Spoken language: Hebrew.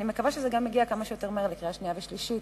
אני מקווה שזה יגיע כמה שיותר מהר לקריאה שנייה ושלישית,